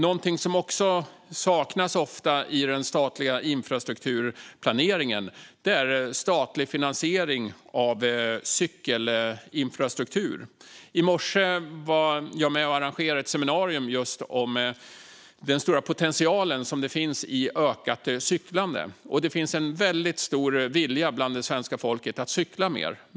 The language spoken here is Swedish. Någonting som ofta saknas i den statliga infrastrukturplaneringen är statlig finansiering av cykelinfrastruktur. I morse var jag med och arrangerade ett seminarium om just den stora potential som finns i ett ökat cyklande. Det finns en väldigt stor vilja hos svenska folket att cykla mer.